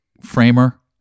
framer